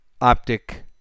optic